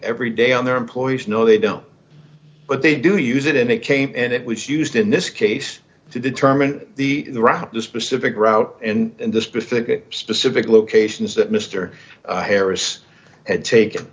every day on their employees no they don't but they do use it and it came and it was used in this case to determine the route the specific route and the specific specific locations that mr harris had taken